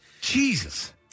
Jesus